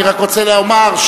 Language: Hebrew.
אני רק רוצה לומר,